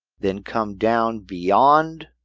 then come down beyond